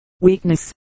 weakness